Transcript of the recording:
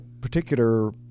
particular